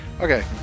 Okay